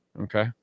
Okay